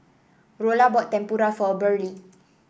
Rolla bought Tempura for Burley